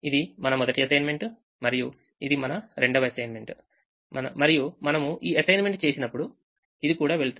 ఇది మన మొదటి అసైన్మెంట్ మరియు ఇది మన రెండవ అసైన్మెంట్ మన మరియు మనము ఈ అసైన్మెంట్ చేసినప్పుడు ఇది కూడా వెళ్తుంది